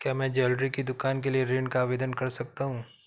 क्या मैं ज्वैलरी की दुकान के लिए ऋण का आवेदन कर सकता हूँ?